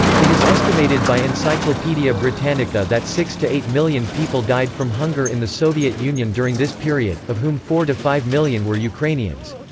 it is estimated by encyclopaedia britannica that six to eight million people died from hunger in the soviet union during this period, of whom four to five million were ukrainians.